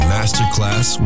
Masterclass